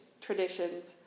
traditions